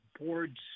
board's